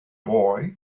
boy